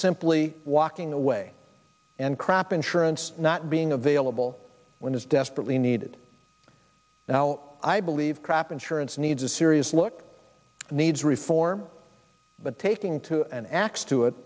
simply walking away and crop insurance not being available when it's desperately needed now i believe crap insurance needs a serious look needs reform but taking to an axe to it